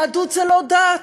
יהדות זה לא דת,